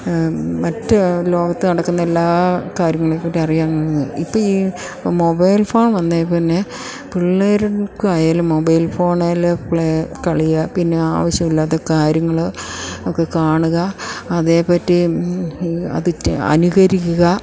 മറ്റ് ലോകത്ത് നടക്കുന്ന എല്ലാ കാര്യങ്ങളെപ്പറ്റി അറിയാന് ഇപ്പം ഈ മൊബൈൽ ഫോൺ വന്നതിൽ പിന്നെ പിള്ളേർക്കായാലും മൊബൈൽ ഫോണേൽ പ്ലേ കളിയാ പിന്നെ ആവശ്യമില്ലാത്ത കാര്യങ്ങൾ ഒക്കെ കാണുക അതേപ്പറ്റി അതിറ്റ് അനുകരിക്കുക